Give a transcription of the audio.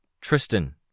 Tristan